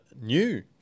new